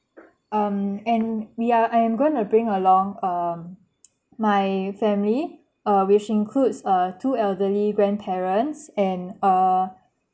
um and we are I am gonna bring along um my family uh which includes uh two elderly grandparents and uh